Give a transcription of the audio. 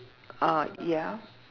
uh ya